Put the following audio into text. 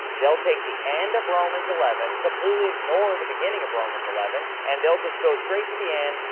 they will take the end of romans eleven and completely ignore the beginning of romans eleven, and they will just go straight to the end,